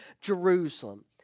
Jerusalem